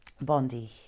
Bondi